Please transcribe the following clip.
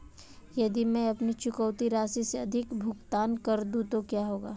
यदि मैं अपनी चुकौती राशि से अधिक भुगतान कर दूं तो क्या होगा?